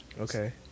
okay